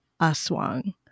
Aswang